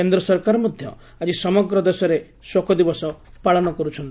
କେନ୍ଦ୍ର ସରକାର ମଧ୍ୟ ଆଜି ସମଗ୍ର ଦେଶରେ ଶୋକ ଦିବସ ପାଳନ କର୍ରଛନ୍ତି